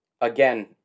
again